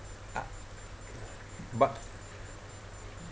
uh but